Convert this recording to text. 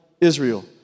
Israel